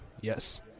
Yes